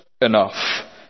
enough